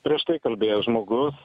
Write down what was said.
prieš tai kalbėjęs žmogus